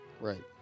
Right